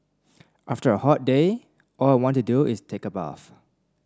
after a hot day all I want to do is take a bath